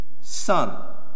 son